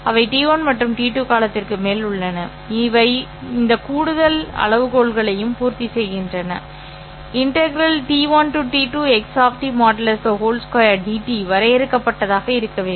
அவை t1 மற்றும் t2 காலத்திற்கு மேல் உள்ளன அவை இந்த கூடுதல் அளவுகோல்களையும் பூர்த்தி செய்கின்றன ∫t 1t 2|x|2dt வரையறுக்கப்பட்டதாக இருக்க வேண்டும்